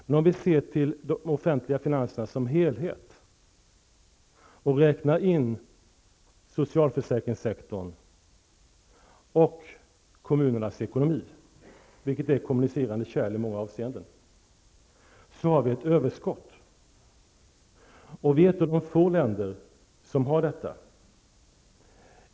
Men om vi ser till de offentliga finanserna som helhet och räknar in socialförsäkringssektorn och kommunernas ekonomi, som är ett kommunicerande kärl i många avseenden, har vi ett överskott. Sverige är ett av få länder i det avseendet.